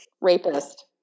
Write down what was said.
Rapist